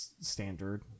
Standard